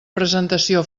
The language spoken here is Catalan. presentació